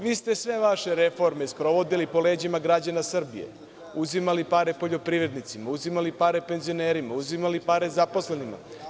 Vi ste sve vaše reforme sprovodili po leđima građana Srbije, uzimali pare poljoprivrednicima, uzimali pare penzionerima, uzimali pare zaposlenima.